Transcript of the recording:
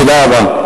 תודה רבה.